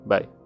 Bye